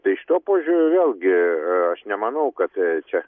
tai šituo požiūriu vėlgi aš nemanau kad čia